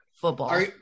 football